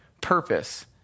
purpose